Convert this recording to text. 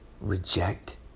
reject